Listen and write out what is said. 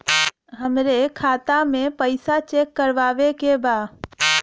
हमरे खाता मे पैसा चेक करवावे के बा?